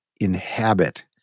inhabit